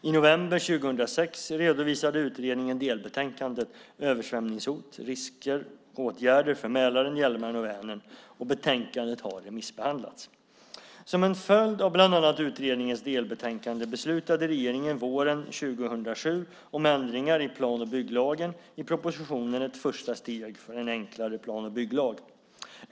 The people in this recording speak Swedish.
I november 2006 redovisade utredningen delbetänkandet Översvämningshot - Risker och åtgärder för Mälaren, Hjälmaren och Vänern . Betänkandet har remissbehandlats. Som en följd av bland annat utredningens delbetänkande beslutade regeringen våren 2007 om ändringar i plan och bygglagen i propositionen Ett första steg för en enklare plan och bygglag .